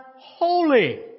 holy